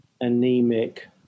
anemic